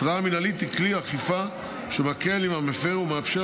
התראה מינהלית היא כלי אכיפה שמקל עם המפר ומאפשר